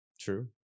True